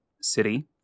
city